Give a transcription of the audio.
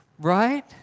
Right